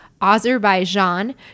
Azerbaijan